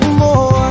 more